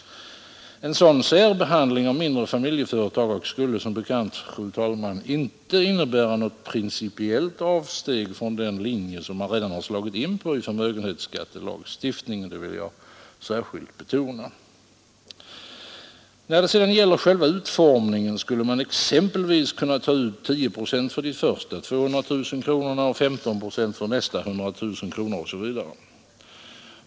En sådan särbehandling av mindre familjeföretag skulle som bekant inte innebära något principiellt avsteg från den linje, som man redan slagit in på i förmögenhetsskattelagstiftningen — det vill jag särskilt betona. När det gäller utformningen skulle man exempelvis kunna ta ut 10 procent för de första 200 000 kronorna, 15 procent för nästa 100 000 kronor osv.